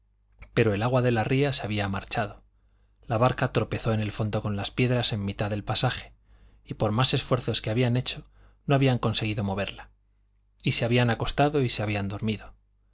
pero el agua de la ría se había marchado la barca tropezó en el fondo con las piedras en mitad del pasaje y por más esfuerzos que habían hecho no habían conseguido moverla y se habían acostado y se habían dormido